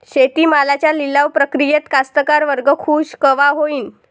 शेती मालाच्या लिलाव प्रक्रियेत कास्तकार वर्ग खूष कवा होईन?